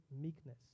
meekness